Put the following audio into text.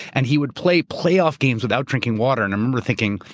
and he would play playoff games without drinking water. and i remember thinking,